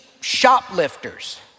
shoplifters